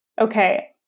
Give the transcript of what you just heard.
okay